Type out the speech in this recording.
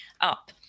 up